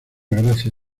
gracia